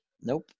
Nope